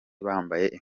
bambaye